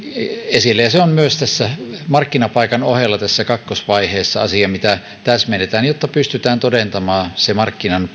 esille ja se on markkinapaikan ohella tässä kakkosvaiheessa asia mitä täsmennetään jotta pystytään todentamaan se markkinan